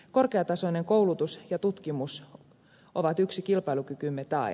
korkeatasoinen koulutus ja tutkimus ovat yksi kilpailukykymme tae